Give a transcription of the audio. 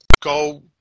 go